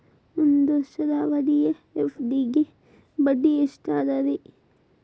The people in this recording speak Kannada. ಒಂದ್ ವರ್ಷದ ಅವಧಿಯ ಎಫ್.ಡಿ ಗೆ ಬಡ್ಡಿ ಎಷ್ಟ ಅದ ರೇ?